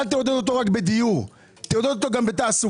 אל תעודד אותו רק בדיור אלא תעודד אותו גם בתעסוקה.